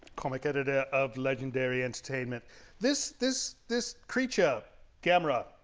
comic editor of legendary entertainment this this this creature gamera